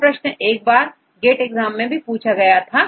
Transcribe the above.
यह प्रश्न एक बार gate एग्जाम में भी पूछा गया था